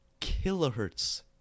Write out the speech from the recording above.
kilohertz